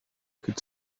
could